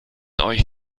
euch